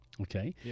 okay